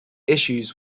issues